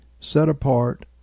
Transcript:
set-apart